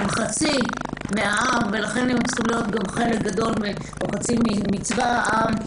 הן חצי מן העם ולכן הן צריכות להיות חצי מצבא העם.